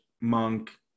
monk